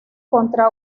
contra